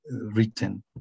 written